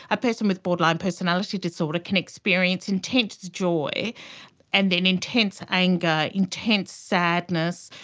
a person with borderline personality disorder can experience intense joy and then intense anger, intense sadness.